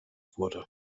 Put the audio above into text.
wurde